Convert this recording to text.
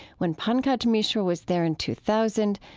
when pankaj mishra was there in two thousand,